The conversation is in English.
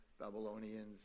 Babylonians